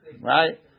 Right